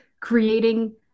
creating